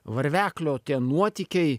varveklio tie nuotykiai